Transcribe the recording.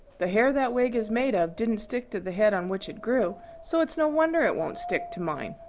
the hair that wig is made of didn't stick to the head on which it grew so it's no wonder it won't stick to mine.